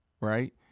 right